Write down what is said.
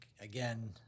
again